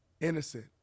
Innocent